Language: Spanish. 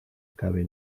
acabe